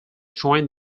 joined